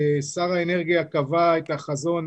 שר האנרגיה קבע את החזון